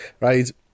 right